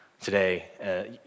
today